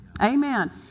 Amen